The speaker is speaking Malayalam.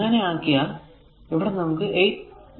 അത് അങ്ങനെ ആക്കിയാൽ ഇവിടെ നമുക്ക് 8